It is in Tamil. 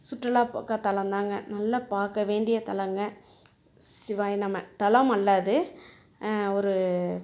சுற்றுலாத்தலம் தாங்க நல்லா பார்க்க வேண்டிய தலங்க சிவாய நம தலம் அல்ல அது ஒரு